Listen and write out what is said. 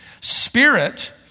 Spirit